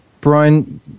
Brian